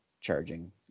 charging